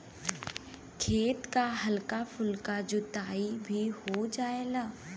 खेत क हल्का फुल्का जोताई भी हो जायेला